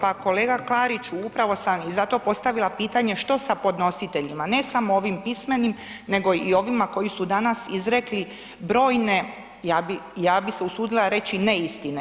Pa kolega Klarić, upravo sam i zato postavila pitanje što sa podnositeljima, ne samo ovim pismenim nego i ovima koji su danas izrekli brojne, ja bi se usudila reći, neistine.